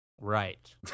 right